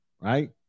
right